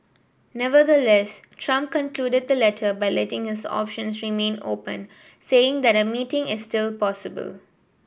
Nevertheless Trump concluded the letter by letting his options remain open saying that a meeting is still possible